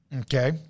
Okay